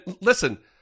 listen